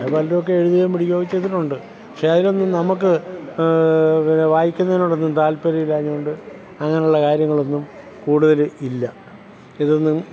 അത് പണ്ടുമൊക്കെ എഴുതുകയും പഠിക്കുകയും ചെയ്തിട്ടുണ്ട് പക്ഷെ അതിലൊന്നും നമ്മൾക്ക് പിന്നെ വായിക്കുന്നതിനോടൊന്നും താൽപ്പര്യമില്ലാത്തത് കൊണ്ട് അങ്ങനെയുള്ള കാര്യങ്ങളൊന്നും കൂടുതൽ ഇല്ല ഇതൊന്നും